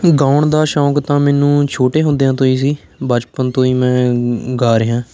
ਗਾਉਣ ਦਾ ਸ਼ੌਂਕ ਤਾਂ ਮੈਨੂੰ ਛੋਟੇ ਹੁੰਦਿਆਂ ਤੋਂ ਹੀ ਸੀ ਬਚਪਨ ਤੋਂ ਹੀ ਮੈਂ ਗਾ ਰਿਹਾਂ